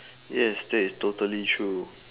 yes that is totally true